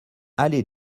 allée